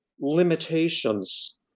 limitations